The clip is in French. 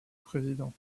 président